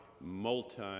multi